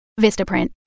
Vistaprint